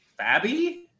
Fabby